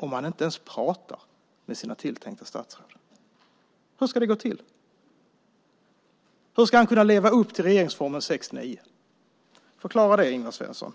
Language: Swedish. om han inte ens pratar med sina tilltänkta statsråd? Hur ska det gå till? Hur ska han leva upp till regeringsformens 6 kap. 9 §?